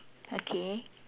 okay